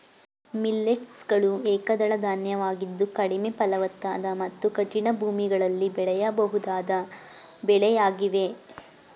millets ಗಳು ಏಕದಳ ಧಾನ್ಯವಾಗಿದ್ದು ಕಡಿಮೆ ಫಲವತ್ತಾದ ಮತ್ತು ಕಠಿಣ ಭೂಮಿಗಳಲ್ಲಿ ಬೆಳೆಯಬಹುದಾದ ಬೆಳೆಯಾಗಿವೆ